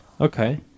Okay